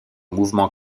mouvement